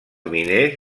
miners